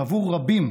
שעבור רבים